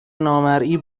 نامرئی